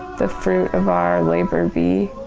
the fruit of our labor be